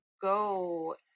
go